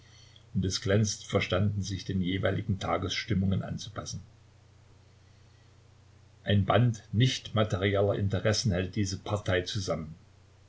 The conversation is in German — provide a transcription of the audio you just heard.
und es glänzend verstanden sich den jeweiligen tagesstimmungen anzupassen ein band nicht materieller interessen hält diese partei zusammen